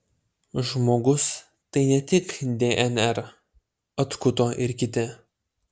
žmogus tai ne tik dnr atkuto ir kiti